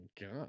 God